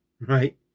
right